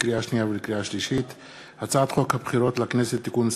לקריאה שנייה ולקריאה שלישית: הצעת חוק הבחירות לכנסת (תיקון מס'